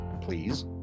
please